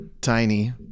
tiny